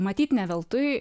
matyt ne veltui